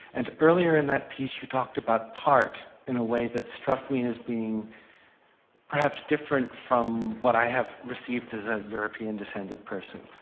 and earlier in that piece you talked about part in a way that struck me as being perhaps different from what i have received as a european descended person,